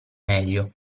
meglio